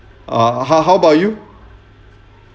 err how how about you